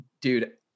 dude